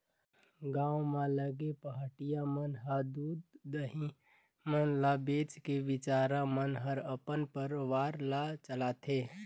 गांव म लगे पहाटिया मन ह दूद, दही मन ल बेच के बिचारा मन हर अपन परवार ल चलाथे